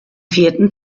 vierten